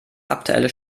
aktuelle